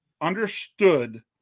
understood